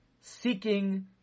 seeking